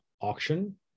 auction